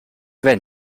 wenn